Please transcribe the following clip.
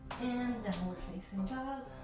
and downward-facing dog